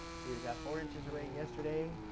see, we got four inches of rain yesterday,